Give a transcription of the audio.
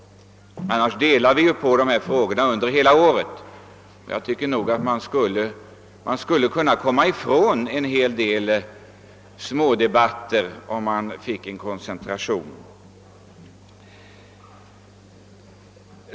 Annars delar vi ju upp dessa frågor på hela året; vi skulle kunna slippa en hel del smådebatter genom en koncentration.